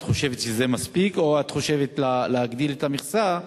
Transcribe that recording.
את חושבת שזה מספיק או שאת חושבת להגדיל את המכסה?